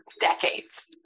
decades